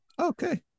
Okay